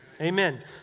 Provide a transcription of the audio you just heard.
Amen